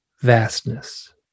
vastness